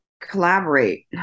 collaborate